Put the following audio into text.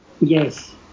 Yes